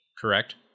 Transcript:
Correct